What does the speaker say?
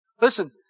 listen